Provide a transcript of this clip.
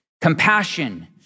compassion